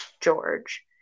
George